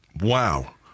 Wow